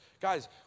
Guys